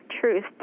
truth